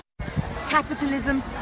capitalism